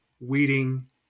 weeding